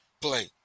play